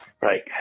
Right